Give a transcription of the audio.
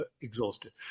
exhausted